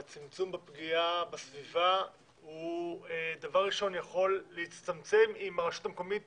והצמצום בפגיעה בסביבה הוא דבר ראשון יכול להצטמצם אם הרשות המקומית